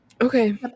okay